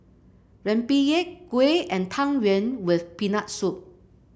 rempeyek kuih and Tang Yuen with Peanut Soup